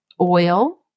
oil